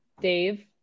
Dave